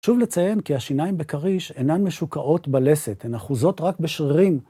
חשוב לציין כי השיניים בכריש אינן משוקעות בלסת, הן אחוזות רק בשרירים.